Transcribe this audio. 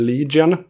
Legion